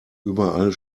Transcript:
überall